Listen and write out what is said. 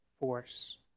force